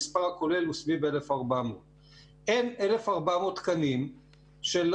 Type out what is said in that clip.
המספר הכולל הוא סביב 1,400. אין 1,400 תקנים שהאוצר